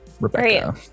Rebecca